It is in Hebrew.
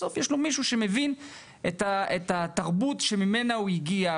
בסוף יש לו מישהו שמבין את התרבות שממנה הוא הגיע,